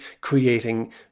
creating